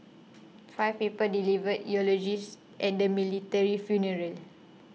five people delivered eulogies at the military funeral